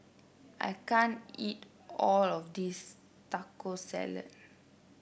I can't eat all of this Taco Salad